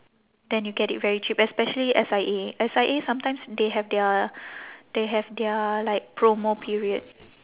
then you get it very cheap especially S_I_A S_I_A sometimes they have their they have their like promo period